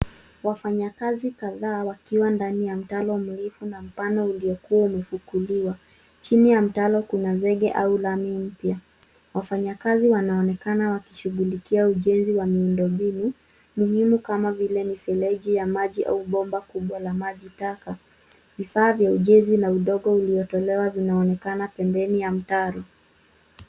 Wafanyikazi kadhaa wakiwa ndani ya mtaro mrefu na mpana uliokuwa umefukuliwa. Chini ya mtaro kuna zege au lami mpya. Wafanyikazi wanaonekana wakishughulikia ujenzi wa miundo mbinu. Mifumo kama vile mifereji ya maji au bomba kubwa la maji taka. Vifaa vya ujenzi na udongo uliotolewa vinaonekana pembeni ya mtaro.